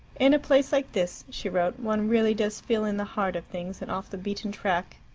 in a place like this, she wrote, one really does feel in the heart of things, and off the beaten track.